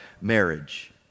marriage